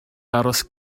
aros